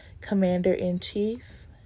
Commander-in-chief